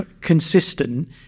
consistent